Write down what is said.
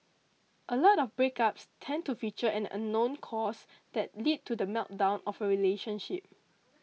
a lot of breakups tend to feature an unknown cause that lead to the meltdown of a relationship